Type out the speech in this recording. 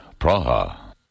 Praha